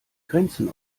grenzen